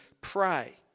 pray